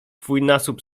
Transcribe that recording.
dwójnasób